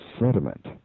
sediment